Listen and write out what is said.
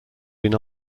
been